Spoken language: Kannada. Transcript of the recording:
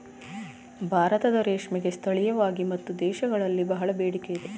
ಭಾರತದ ರೇಷ್ಮೆಗೆ ಸ್ಥಳೀಯವಾಗಿ ಮತ್ತು ದೇಶಗಳಲ್ಲಿ ಬಹಳ ಬೇಡಿಕೆ ಇದೆ